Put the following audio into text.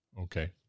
Okay